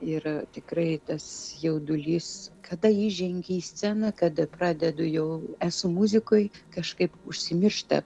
ir tikrai tas jaudulys kada įžengi į sceną kada pradedu jau esu muzikoj kažkaip užsimiršta